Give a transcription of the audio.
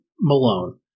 Malone